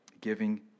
giving